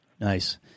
Nice